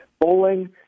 bowling